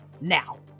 Now